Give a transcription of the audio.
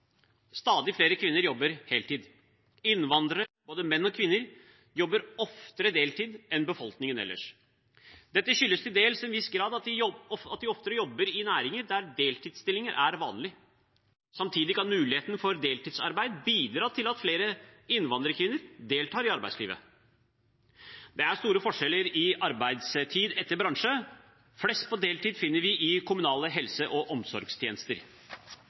Stadig flere kvinner jobber heltid. Innvandrere, både menn og kvinner, jobber oftere deltid enn befolkningen ellers. Dette skyldes til en viss grad at de jobber i næringer der deltidsstillinger er vanlig. Samtidig kan mulighet for deltidsarbeid bidra til at flere innvandrerkvinner deltar i arbeidslivet. Det er store forskjeller i arbeidstid etter bransje. Flest på deltid finner vi i kommunale helse- og omsorgstjenester.